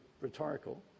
rhetorical